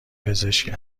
پزشک